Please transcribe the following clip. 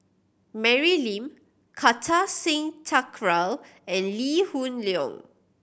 Mary Lim Kartar Singh Thakral and Lee Hoon Leong